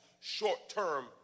short-term